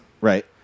Right